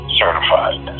certified